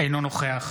אינו נוכח